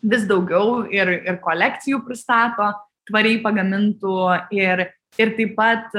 vis daugiau ir ir kolekcijų pristato tvariai pagamintų ir ir taip pat